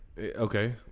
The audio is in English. okay